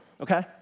okay